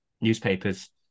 newspapers